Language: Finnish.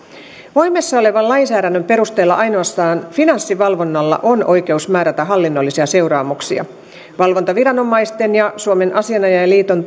voimassa olevan lainsäädännön perusteella ainoastaan finanssivalvonnalla on oikeus määrätä hallinnollisia seuraamuksia valvontaviranomaisten ja suomen asianajajaliiton